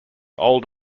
old